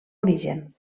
origen